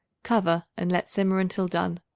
cover and let simmer until done.